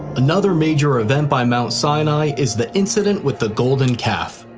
another major event by mount sinai is the incident with the golden calf.